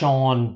on